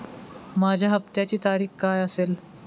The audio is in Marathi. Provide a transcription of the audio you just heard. माझ्या हप्त्याची तारीख काय असेल?